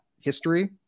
history